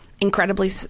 incredibly